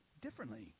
differently